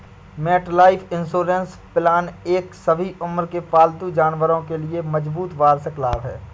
MetLife insurance plan एक सभी उम्र के पालतू जानवरों के लिए मजबूत वार्षिक लाभ है